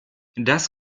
das